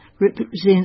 represents